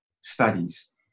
studies